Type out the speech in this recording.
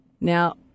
Now